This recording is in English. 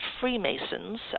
Freemasons